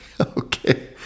okay